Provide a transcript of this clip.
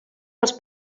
als